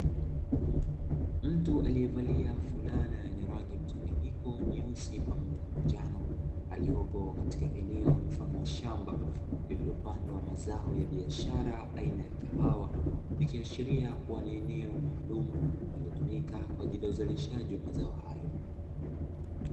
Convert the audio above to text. Mtu aliyevalia fulana yenye rangi mchanganyiko nyeusi pamoja na manjano, aliopo katika eneo mfano wa shamba lililopandwa mazao ya biashara aina ya kahawa . Ikiashiria kuwa ni eneo maalumu linalotumika kwa ajili ya uzalishaji wa mazao hayo.